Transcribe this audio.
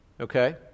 Okay